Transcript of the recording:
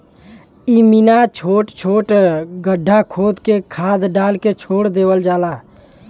इमिना छोट छोट गड्ढा खोद के खाद डाल के छोड़ देवल जाला